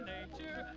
Nature